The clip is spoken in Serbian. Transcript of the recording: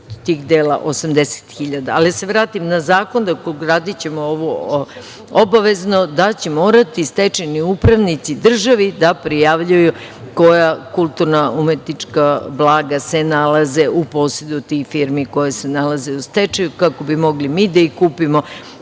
tih dela 80.000.Da se vratim na zakon. Ugradićemo ovo obavezno, da će morati stečajni upravnici državi da prijavljuju koja kulturna umetnička blaga se nalaze u posedu tih firmi koje se nalaze u stečaju, kako bi mogli mi da ih kupimo,